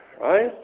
right